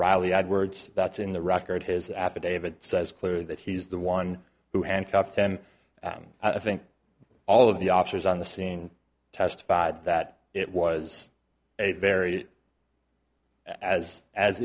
riley had words that's in the record his affidavit says clear that he's the one who handcuffed him i think all of the officers on the scene testified that it was a very as as